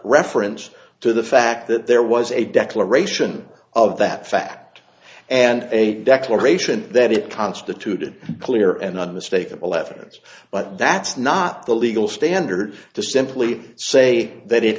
reference to the fact that there was a declaration of that fact and a declaration that it constituted a clear and unmistakable evidence but that's not the legal standard to simply say that it